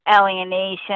alienation